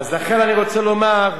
אז לכן אני רוצה לומר,